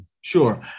Sure